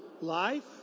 life